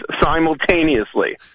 simultaneously